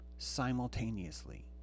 simultaneously